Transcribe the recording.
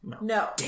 No